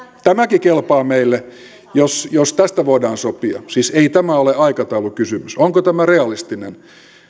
tämäkin kelpaa meille jos jos tästä voidaan sopia siis ei tämä ole aikataulukysymys onko tämä realistinen